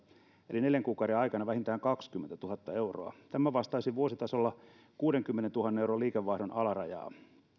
eli neljän kuukauden aikana vähintään kaksikymmentätuhatta euroa tämä vastaisi vuositasolla kuudenkymmenentuhannen euron liikevaihdon alarajaa